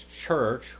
church